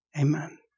amen